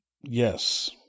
Yes